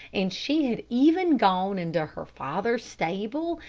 and she had even gone into her father's stable,